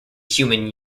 human